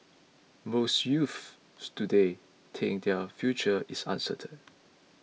most youths today think that their future is uncertain